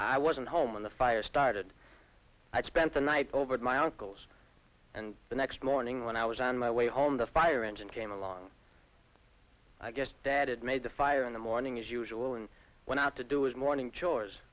i wasn't home when the fire started i spent the night over at my uncle's and the next morning when i was on my way home the fire engine came along i guess dad had made the fire in the morning as usual and went out to do is morning chores